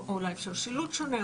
אולי אפשר שילוט שונה,